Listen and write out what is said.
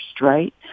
right